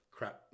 crap